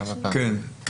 כן.